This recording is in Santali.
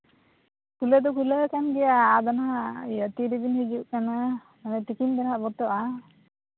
ᱠᱷᱩᱞᱟᱹᱣ ᱫᱚ ᱠᱷᱩᱞᱟᱹᱣ ᱟᱠᱟᱱ ᱜᱮᱭᱟ ᱟᱫᱚ ᱱᱟᱦᱟᱸᱜ ᱛᱤ ᱨᱮᱵᱤᱱ ᱦᱤᱡᱩᱜ ᱠᱟᱱᱟ ᱦᱳᱭ ᱛᱤᱠᱤᱱ ᱫᱚᱦᱟᱸᱜ ᱵᱚᱱᱫᱚᱜᱼᱟ